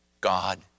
God